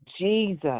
Jesus